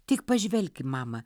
tik pažvelki mama